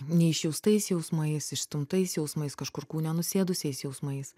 neišjaustais jausmais išstumtais jausmais kažkur kūne nusėdusiais jausmais